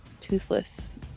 Toothless